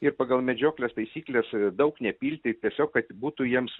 ir pagal medžioklės taisykles daug nepilti tiesiog kad būtų jiems